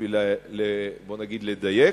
בשביל לדייק.